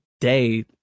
day